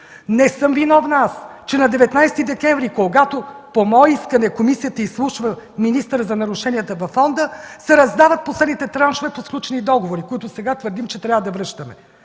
Не съм виновна аз, че на 19 декември, когато по мое искане комисията изслушва министъра за нарушенията във фонда, се раздават последните траншове по сключени договори, за които сега твърдим, че трябва да връщаме.